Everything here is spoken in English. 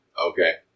Okay